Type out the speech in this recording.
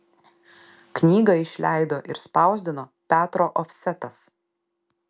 knygą išleido ir spausdino petro ofsetas